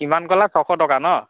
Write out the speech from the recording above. কিমান ক'লা ছশ টকা ন